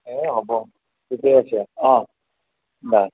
এ হ'ব ঠিকে আছে অঁ দা